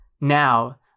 now